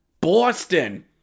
Boston